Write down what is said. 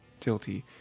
tilty